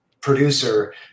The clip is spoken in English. producer